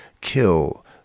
kill